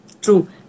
True